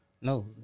No